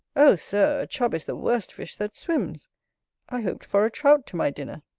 oh, sir! a chub is the worst fish that swims i hoped for a trout to my dinner.